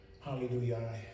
Hallelujah